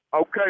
Okay